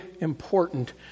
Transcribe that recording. important